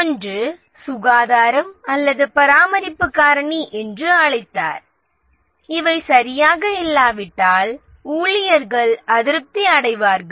ஒன்று சுகாதாரம் அல்லது பராமரிப்பு காரணி என்று அழைத்தார் இவை சரியாக இல்லாவிட்டால் ஊழியர்கள் அதிருப்தி அடைவார்கள்